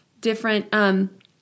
different